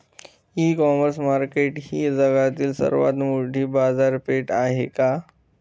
इ commerce market ही जगातील सर्वात मोठी बाजारपेठ आहे का?